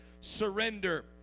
surrender